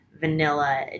vanilla